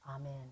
Amen